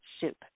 soup